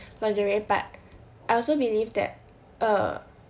lingerie but I also believe that err